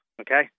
Okay